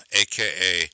aka